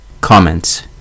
Comments